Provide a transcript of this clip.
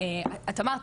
את אמרת,